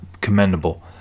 commendable